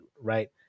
right